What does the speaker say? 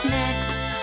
next